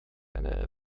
eine